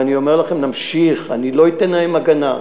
ואני אומר לכם: נמשיך, אני לא אתן להם הגנה,